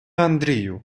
андрію